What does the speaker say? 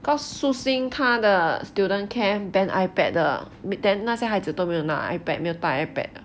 because shuxing 他的 student care ban iPad 的 then 那些孩子都没有拿 iPad 带 iPad 的